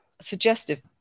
suggestive